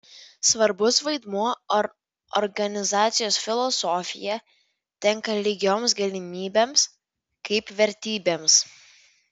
svarbus vaidmuo organizacijos filosofijoje tenka lygioms galimybėms kaip vertybėms